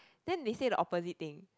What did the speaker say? then they say the opposite thing